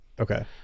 Okay